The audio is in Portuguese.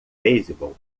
beisebol